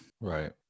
right